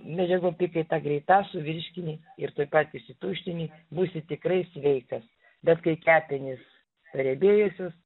medžiagų apykaita greita suvirškini ir tuoj pat išsituštini būsi tikrai sveikas bet kai kepenys pariebėjusios